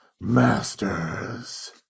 Masters